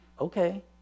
okay